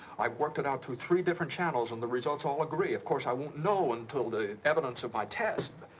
i've worked it out through three different channels, and the results all agree. of course, i won't know until the evidence of my test.